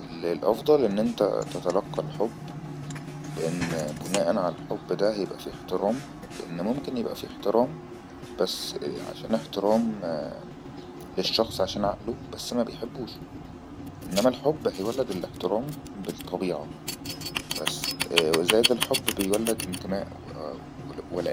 الأفضل أن انت تتلقى الحب لأنه بناءن على الحب ده يبقى فيه احترام لأنه ممكن يبقى فيه احترام بس عشان احترام للشخص عشان عقله بس ما بيحبوهش إنما الحب هيولد الاحترام بالطبيعة بس وزايد الحب بيولد انتماء والاء